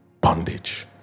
bondage